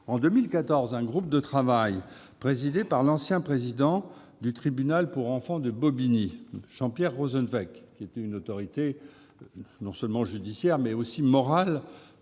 En 2014, un groupe de travail présidé par l'ancien président du tribunal pour enfants de Bobigny, Jean-Pierre Rosenczveig, qui est une autorité non seulement judiciaire, mais aussi morale